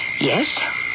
Yes